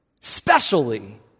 specially